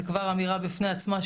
זה כבר אמירה בפני עצמה,